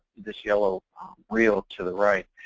this yellow reel to the right.